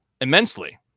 immensely